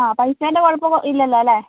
ആ പൈസേൻ്റെ കുഴപ്പമില്ലല്ലോ അല്ലെ